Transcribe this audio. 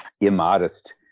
immodest